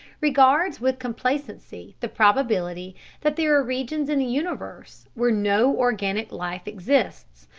regards with complacency the probability that there are regions in the universe where no organic life exists,